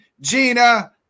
Gina